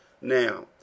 Now